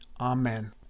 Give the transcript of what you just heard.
Amen